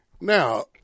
Now